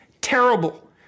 Terrible